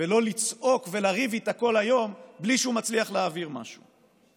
ולא לצעוק ולריב איתה כל היום בלי שהוא מצליח להעביר משהו.